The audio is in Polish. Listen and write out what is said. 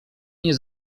nie